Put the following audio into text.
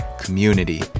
community